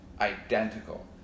identical